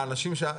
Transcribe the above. יש לך את זה?